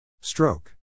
Stroke